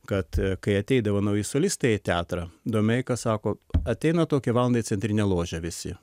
kad kai ateidavo nauji solistai teatro domeika sako ateina tokią valandą į centrinę ložę visi